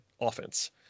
offense